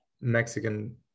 Mexican